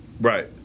Right